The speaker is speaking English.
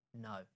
No